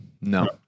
No